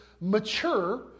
mature